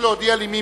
להודיע לי מי